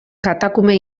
katakume